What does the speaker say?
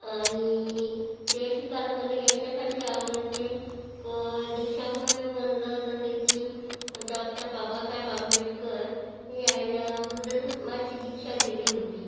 आणि ते ठिकाण मला याच्यासाठी आवडते की दीक्षाभूमी म्हणलं तर तेथील डॉक्टर बाबासाहेब आंबेडकर यांनी बुद्ध धर्माची दीक्षा दिली होती